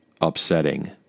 upsetting